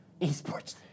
Esports